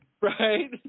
Right